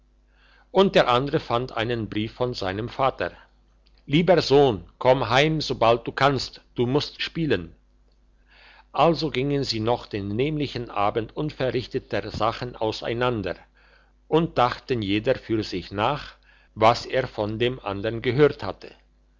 und der andere fand einen brief von seinem vater lieber sohn komm heim sobald du kannst du musst spielen also gingen sie noch den nämlichen abend unverrichteter sachen auseinander und dachten jeder für sich nach was er von dem andern gehört hatte